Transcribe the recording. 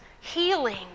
healing